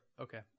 okay